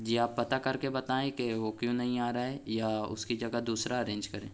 جی آپ پتہ کر کے بتائیں کہ وہ کیوں نہیں آ رہا ہے یا اس کی جگہ دوسرا ارینج کریں